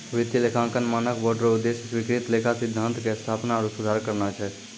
वित्तीय लेखांकन मानक बोर्ड रो उद्देश्य स्वीकृत लेखा सिद्धान्त के स्थापना आरु सुधार करना छै